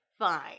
fine